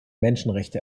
menschenrechte